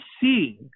seeing